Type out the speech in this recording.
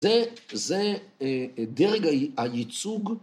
‫זה דרג הייצוג.